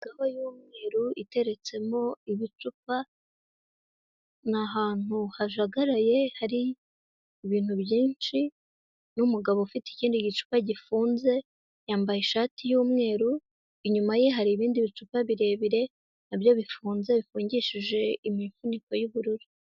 Indobo y'umweru iteretsemo ibicupa, ni ahantutu hajagaraye hari ibintu byinshi, n'umugabo ufite ikindi gicupa gifunze, yambaye ishati y'umweru inyuma ye hari ibindi bicupa birebire nabyo bifunze, bifungishije imifuniko y'ubururu.